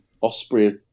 Osprey